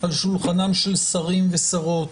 על שולחנם של שרים ושרות,